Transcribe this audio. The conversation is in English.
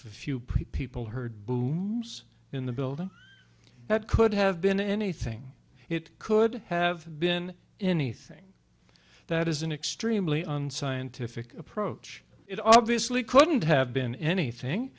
the few people heard booms in the building that could have been anything it could have been anything that is an extremely unscientific approach it obviously couldn't have been anything